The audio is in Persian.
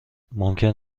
ممکن